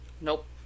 Nope